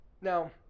Now